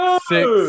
six